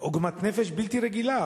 עוגמת נפש בלתי רגילה,